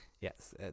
Yes